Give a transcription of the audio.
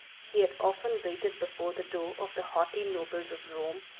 he had often waited before the door of the haughty nobles of rome,